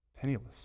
penniless